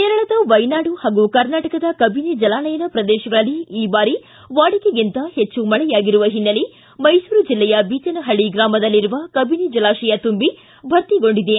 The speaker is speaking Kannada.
ಕೇರಳದ ವೈನಾಡು ಹಾಗೂ ಕರ್ನಾಟಕದ ಕವಿನಿ ಜಲಾನಯನ ಪ್ರದೇಶಗಳಲ್ಲಿ ಈ ಬಾರಿ ವಾಡಿಕೆಗಿಂತ ಹೆಚ್ಚು ಮಳೆಯಾಗಿರುವ ಹಿನ್ನೆಲೆ ಮೈಸೂರು ಜಿಲ್ಲೆಯ ಬೀಚನಹಳ್ಳಿ ಗ್ರಾಮದಲ್ಲಿರುವ ಕಬಿನಿ ಜಲಾಶಯ ತುಂಬಿ ಭರ್ತಿಗೊಂಡಿದೆ